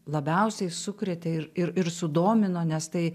labiausiai sukrėtė ir ir sudomino nes tai